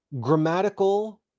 grammatical